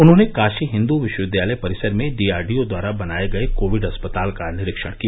उन्होंने काशी हिन्दू विश्वविद्यालय परिसर में डीआरडीओ द्वारा बनाये गये कोविड अस्पताल का निरीक्षण किया